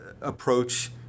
approach